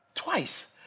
Twice